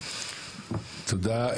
תודה.